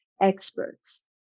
experts